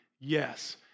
yes